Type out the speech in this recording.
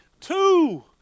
Two